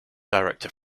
director